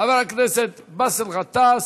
חבר הכנסת באסל גטאס,